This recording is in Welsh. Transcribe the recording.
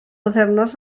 bythefnos